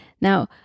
Now